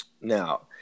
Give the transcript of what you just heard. Now